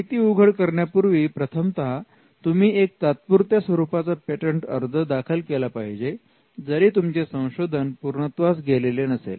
माहिती उघड करण्यापूर्वी प्रथमतः तुम्ही एक तात्पुरत्या स्वरूपाचा पेटंट अर्ज दाखल केला पाहिजे जरी तुमचे संशोधन पूर्णत्वास गेलेले नसेल